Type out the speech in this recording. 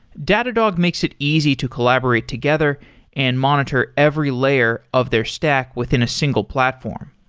datadog makes it easy to collaborate together and monitor every layer of their stack within a single platform.